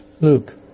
Luke